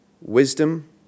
Wisdom